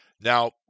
Now